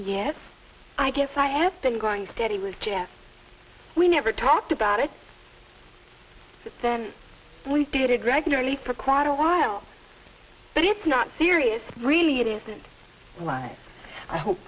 yes i guess i have been going steady with jim we never talked about it we did it regularly for quite a while but it's not serious really it is why i hope